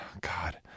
God